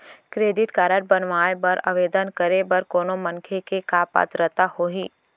Credit card बनवाए बर आवेदन करे बर कोनो मनखे के का पात्रता होही?